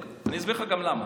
אני אסביר לך גם למה.